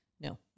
No